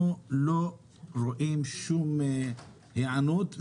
אנחנו לא רואים שום היענות.